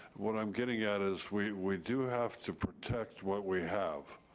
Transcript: what i'm getting at is we we do have to protect what we have.